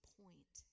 point